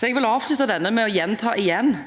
Jeg vil avslutte med igjen å gjenta: